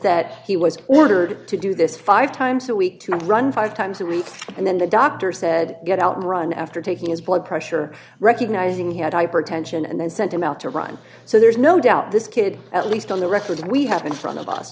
that he was ordered to do this five times a week to run five times a week and then the doctor said get out and run after taking his blood pressure recognizing he had hypertension and then sent him out to run so there's no doubt this kid at least on the records we have in front of us